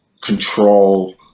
control